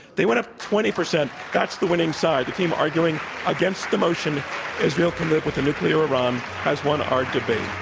they went up twenty percent, that's the winning side. the team arguing against the motion israel can live with a nuclear iran has won our debate.